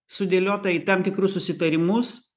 sudėliota į tam tikrus susitarimus